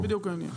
זה בדיוק העניין.